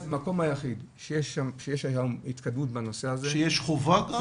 המקום היחיד שיש התקדמות בנושא הזה --- שיש חובה גם?